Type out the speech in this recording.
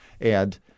and-